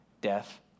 death